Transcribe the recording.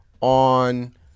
on